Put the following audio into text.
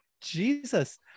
Jesus